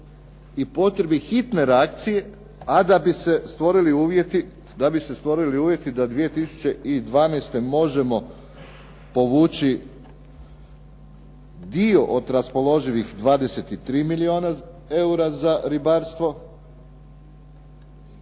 i potrebi hitne reakcije, a da bi se stvorili uvjeti da 2012. možemo povući dio od raspoloživih 23 milijuna eura za ribarstvo,